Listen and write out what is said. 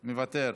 מוותר,